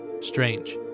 strange